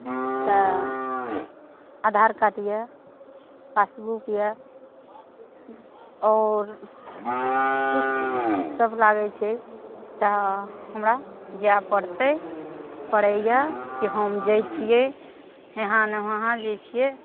तऽ आधार कार्ड अछि पासबुक अछि आओर सब लागै छै तऽ हमरा जाय पड़तै पड़ैया कि हम जैतियै एहाँ ने वहाँ जे छियै